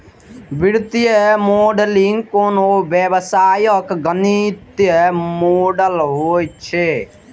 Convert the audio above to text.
वित्तीय मॉडलिंग कोनो व्यवसायक गणितीय मॉडल होइ छै